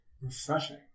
refreshing